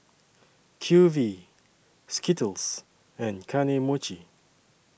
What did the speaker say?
Q V Skittles and Kane Mochi